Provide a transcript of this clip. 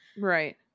Right